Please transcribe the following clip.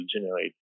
generate